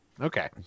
okay